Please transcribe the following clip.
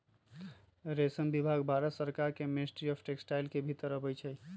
रेशम विभाग भारत सरकार के मिनिस्ट्री ऑफ टेक्सटाइल के भितर अबई छइ